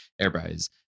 Everybody's